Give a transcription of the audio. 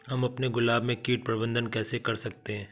हम अपने गुलाब में कीट प्रबंधन कैसे कर सकते है?